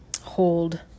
hold